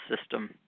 system